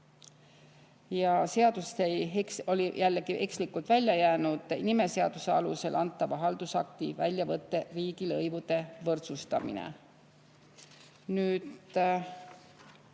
Ja seadusest oli jällegi ekslikult välja jäänud nimeseaduse alusel antava haldusakti väljavõtte riigilõivude võrdsustamine. Kolm